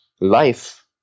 life